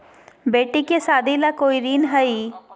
बेटी के सादी ला कोई ऋण हई?